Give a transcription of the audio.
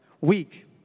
Weak